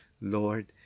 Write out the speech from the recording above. Lord